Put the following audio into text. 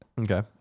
okay